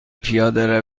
پیاده